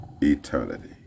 eternity